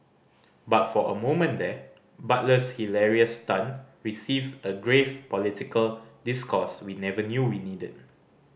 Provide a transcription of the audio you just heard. but for a moment there Butler's hilarious stunt received a grave political discourse we never knew we needed